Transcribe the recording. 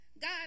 God